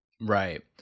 Right